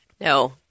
No